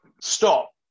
stop